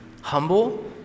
humble